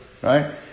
Right